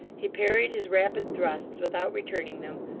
he parried his rapid thrusts, without returning them,